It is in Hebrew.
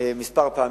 כמה פעמים,